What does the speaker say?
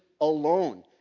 alone